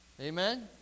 Amen